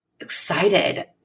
excited